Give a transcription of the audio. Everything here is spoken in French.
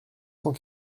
cent